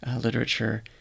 literature